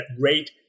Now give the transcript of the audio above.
rate